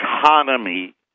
economy